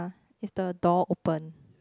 is the door open